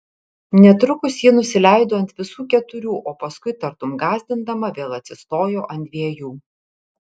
netrukus ji nusileido ant visų keturių o paskui tartum gąsdindama vėl atsistojo ant dviejų